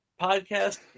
podcast